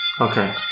okay